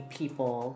people